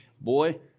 boy